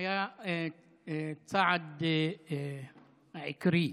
היה צעד עיקרי.